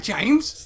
James